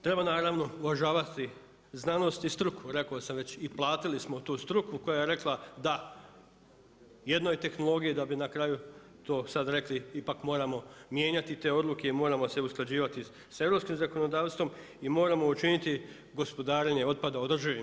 Treba naravno uvažavati znanost i struku rekao sam već i platili smo tu struku koja je rekla da jednoj tehnologiji, da bi na kraju to sad rekli ipak moramo mijenjati te odluke i moramo se usklađivati sa europskim zakonodavstvom i moramo učiniti gospodarenje otpada održivim.